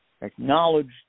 acknowledged